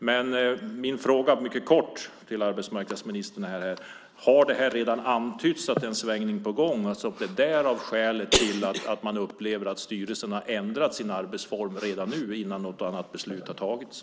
Men min mycket korta fråga till arbetsmarknadsministern är: Har det redan antytts att det är en svängning på gång och att det är skälet till att man upplever att styrelsen har ändrat sina arbetsformer redan innan något annat beslut har fattats?